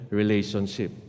relationship